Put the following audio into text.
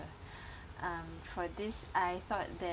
um for this I thought that